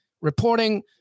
reporting